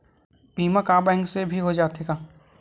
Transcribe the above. बीमा का बैंक से भी हो जाथे का?